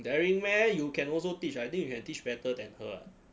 daring meh you can also teach I think you can teach better than her